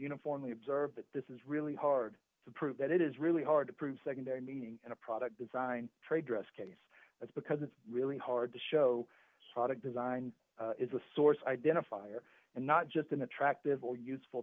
uniformly observed that this is really hard to prove that it is really hard to prove secondary meaning in a product design trade dress case that's because it's really hard to show product design is a source identifier and not just an attractive or useful